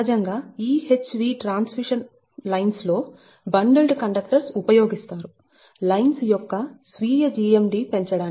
కాబట్టి సహజంగా EHV transmission lines లో బండల్డ్ కండక్టర్స్ ఉపయోగిస్తారు లైన్స్ యొక్క స్వీయ GMD పెంచడానికి